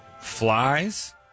Flies